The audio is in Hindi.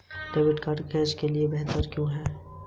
डेबिट कार्ड कैश से बेहतर क्यों है?